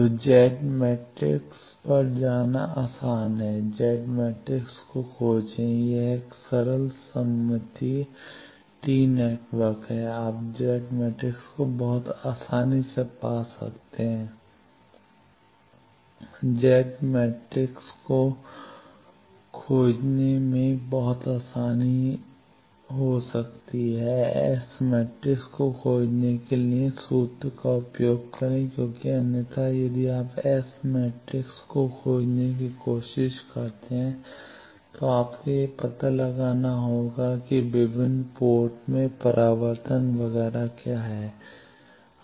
तो Z matrix पर जाना आसान है Z मैट्रिक्स को खोजें यह एक सरल सममितीय टी नेटवर्क है आप Z मैट्रिक्स को बहुत आसानी से पा सकते हैं Z मैट्रिक्स को Z मैट्रिक्स से खोजने में बहुत आसानी से पा सकते हैं एस मैट्रिक्स को खोजने के लिए सूत्र का उपयोग करें क्योंकि अन्यथा यदि आप एस मैट्रिक्स को खोजने की कोशिश करते हैं तो आपको यह पता लगाना होगा कि विभिन्न पोर्ट में परावर्तन वगैरह क्या है